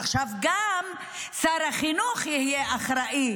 עכשיו גם שר החינוך יהיה אחראי